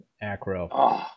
Acro